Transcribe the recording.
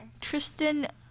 Tristan